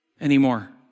anymore